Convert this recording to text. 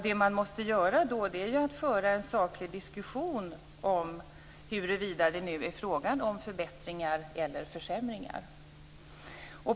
Det man måste göra är att man måste föra en saklig diskussion om huruvida det är fråga om förbättringar eller försämringar.